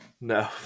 No